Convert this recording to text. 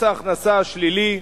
מס ההכנסה השלילי,